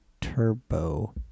Turbo